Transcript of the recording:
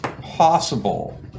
possible